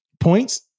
Points